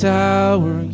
tower